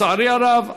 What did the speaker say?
לצערי הרב,